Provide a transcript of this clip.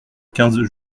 quinze